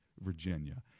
Virginia